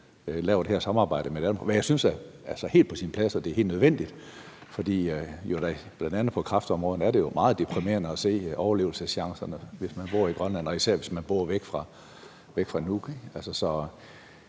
det her samarbejde. Men jeg synes, det er helt på sin plads og helt nødvendigt, fordi det jo bl.a. på kræftområdet er meget deprimerende at se overlevelseschancerne, hvis man bor i Grønland, og især hvis man bor langt